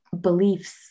beliefs